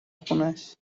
خونش